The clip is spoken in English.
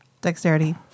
dexterity